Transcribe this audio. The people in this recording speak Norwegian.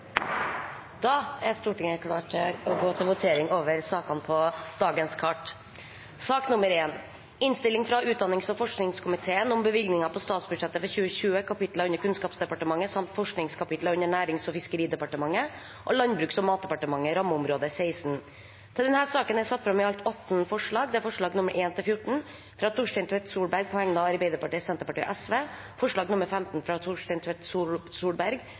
Da er Stortinget klar til å gå til votering. Under debatten er det satt fram i alt 18 forslag. Det er forslagene nr. 1–14, fra Torstein Tvedt Solberg på vegne av Arbeiderpartiet, Senterpartiet og Sosialistisk Venstreparti forslag nr. 15, fra Torstein Tvedt Solberg